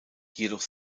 jedoch